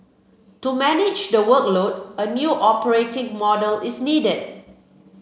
to manage the workload a new operating model is needed